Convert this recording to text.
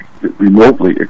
remotely